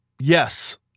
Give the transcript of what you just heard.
Yes